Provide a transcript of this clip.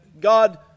God